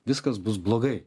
viskas bus blogai